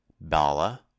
bala